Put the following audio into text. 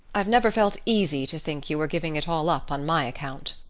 i've never felt easy to think you were giving it all up on my account.